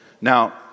Now